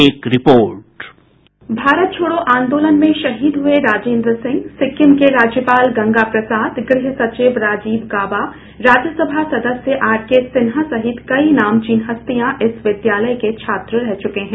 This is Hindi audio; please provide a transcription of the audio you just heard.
एक रिपोर्ट बाईट भारत छोड़ो आंदोलन में शहीद हुये राजेंद्र सिंह सिक्किम के राज्यपाल गंगा प्रसाद गृह सचिव राजीव गाबा राज्यसभा सदस्य आर के सिन्हा सहित कई नामचीन हस्तियां इस विद्यालय के छात्र रह चुके हैं